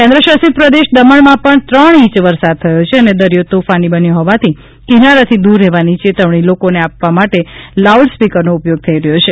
કેન્દ્રશાસિત પ્રદેશ દમણમાં પણ ત્રણ ઇંચ વરસાદ થયો છે અને દરિયો તોફાની બન્યો હોવાથી કિનારાથી દૂર રહેવાની ચેતવણી લોકોને આપવા માટે લાઉડ સ્પીકરનો ઉપયોગ થઇ રહ્યો છે